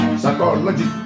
psychology